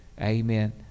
amen